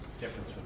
difference